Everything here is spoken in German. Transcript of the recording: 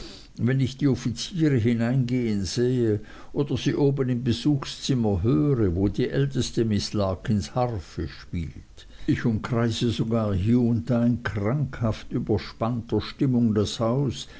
wenn ich die offiziere hineingehen sehe oder sie oben im besuchszimmer höre wo die älteste miß larkins harfe spielt ich umkreise sogar hie und da in krankhaft überspannter stimmung das haus